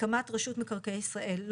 בהסכמת רשות מקרקעי ישראל.